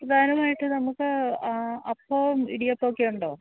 പ്രധാനമായിട്ടും നമുക്ക് അപ്പവും ഇടിയപ്പവുമൊക്കെ ഉണ്ടോ